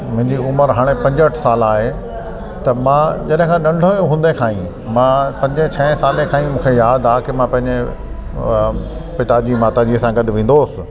मुंहिंजी उमिरि हाणे पंजहठि साल आहे त मां जॾहिं खां नंढो हूंदे खां ई मां पंजे छह साले खां ई मूंखे यादि आहे की मां पंहिंजे अ पिताजी माताजीअ सां गॾु वेंदो हुयसि